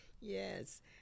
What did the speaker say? yes